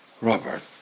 Robert